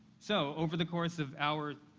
so, over the course of our